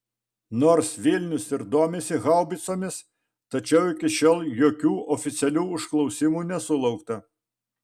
nors vilnius ir domisi haubicomis tačiau iki šiol jokių oficialių užklausimų nesulaukta